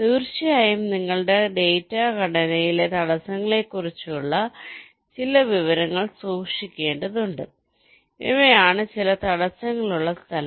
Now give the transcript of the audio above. തീർച്ചയായും നിങ്ങളുടെ ഡാറ്റാ ഘടനയിലെ തടസ്സങ്ങളെക്കുറിച്ചുള്ള ചില വിവരങ്ങൾ സൂക്ഷിക്കേണ്ടതുണ്ട് ഇവയാണ് ചില തടസ്സങ്ങൾ ഉള്ള സ്ഥലങ്ങൾ